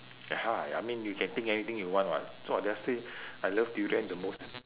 I mean you can think anything you want [what] so I just say I love durian the most